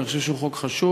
אני חושב שהוא חוק חשוב,